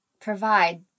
provide